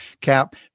Cap